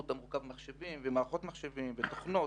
שמורכב ממחשבים וממערכות מחשבים ותוכנות.